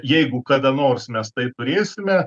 jeigu kada nors mes taip turėsime